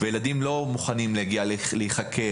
וילדים לא מוכנים להגיע להיחקר,